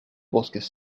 bosques